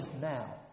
now